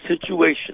situation